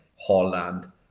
Holland